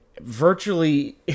virtually